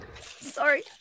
Sorry